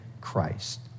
Christ